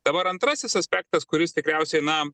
dabar antrasis aspektas kuris tikriausiai na